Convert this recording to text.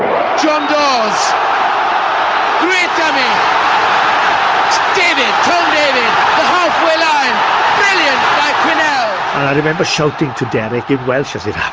i remember shouting to derek, in welsh as it